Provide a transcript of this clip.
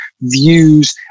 views